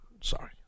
Sorry